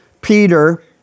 Peter